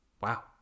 Wow